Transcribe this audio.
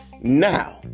now